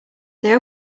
they